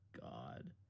God